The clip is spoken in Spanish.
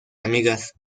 amigas